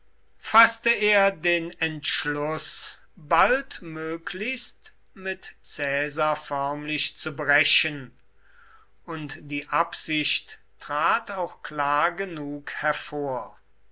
faßte er den entschluß baldmöglichst mit caesar förmlich zu brechen und die absicht trat auch klar genug hervor